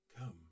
Come